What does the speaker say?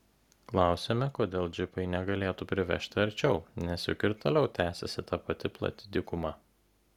klausiame kodėl džipai negalėtų privežti arčiau nes juk ir toliau tęsiasi ta pati plati dykuma